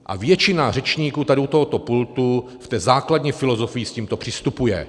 A většina řečníků tady u tohoto pultu v té základní filozofii s tímto přistupuje.